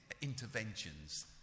interventions